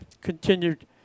continued